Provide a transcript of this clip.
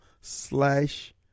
slash